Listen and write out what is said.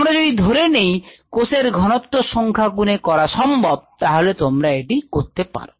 আমরা যদি ধরে নেই কোষের ঘনত্ব সংখ্যা গুনে করা সম্ভব তাহলে তোমরা এটি করতে পারো